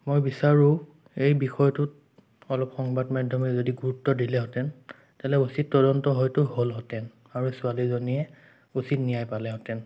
মই বিচাৰোঁ এই বিষয়টোত অলপ সংবাদ মাধ্যমে যদি গুৰুত্ব দিলেহেঁতেন তেনেহ'লে উচিত তদন্ত হয়তো হ'লহেঁতেন আৰু ছোৱালীজনীয়ে উচিত ন্যায় পালেহেঁতেন